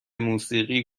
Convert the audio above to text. موسیقی